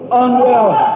unwell